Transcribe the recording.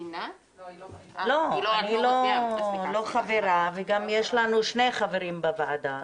אני לא חברה, וגם יש לנו שני חברים בוועדה.